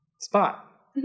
Spot